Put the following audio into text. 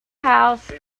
house